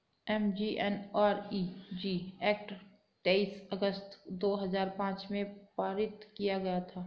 MGNREG act तेईस अगस्त दो हजार पांच में पारित किया गया था